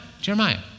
Jeremiah